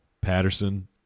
Patterson